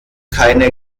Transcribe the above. keine